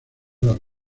las